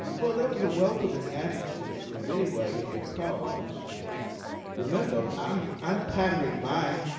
well, there was a welcoming attitude in many ways, because remember, i'm i'm patterning my